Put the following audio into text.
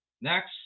Next